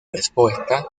respuesta